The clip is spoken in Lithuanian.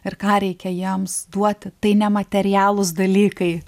ir ką reikia jiems duoti tai nematerialūs dalykai